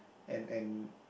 and and